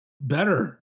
better